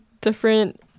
different